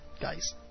guys